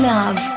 Love